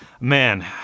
man